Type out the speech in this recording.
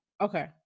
okay